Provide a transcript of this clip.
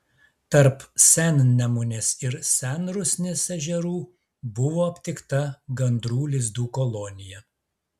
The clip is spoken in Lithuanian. tarp sennemunės ir senrusnės ežerų buvo aptikta gandrų lizdų kolonija